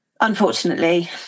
unfortunately